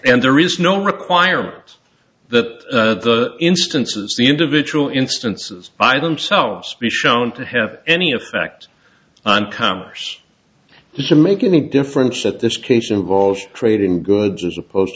and there is no requirement that the instances the individual instances by themselves be shown to have any effect on commerce to make any difference that this case involves trade in goods as opposed